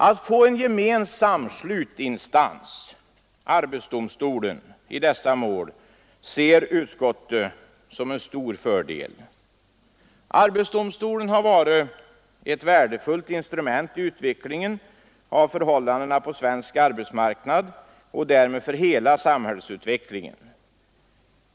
Att få en gemensam slutinstans, arbetsdomstolen, i dessa mål ser utskottet som en stor fördel. Arbetsdomstolen har varit ett värdefullt instrument i utvecklingen av förhållandena på svensk arbetsmarknad och därmed för hela samhällsutvecklingen.